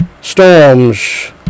storms